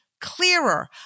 clearer